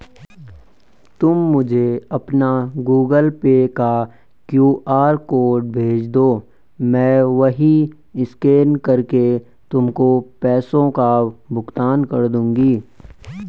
तुम मुझे अपना गूगल पे का क्यू.आर कोड भेजदो, मैं वहीं स्कैन करके तुमको पैसों का भुगतान कर दूंगी